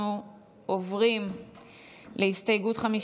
אנחנו עוברים להסתייגות מס'